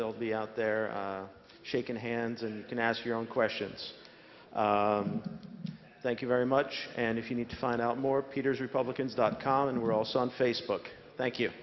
they'll be out there shaking hands and you can ask your own questions thank you very much and if you need to find out more peters republicans dot com and we're also on facebook thank you